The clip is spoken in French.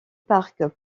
parc